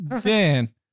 Dan